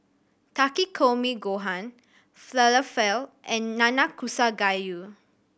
Takikomi Gohan Falafel and Nanakusa Gayu